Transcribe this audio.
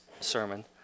sermon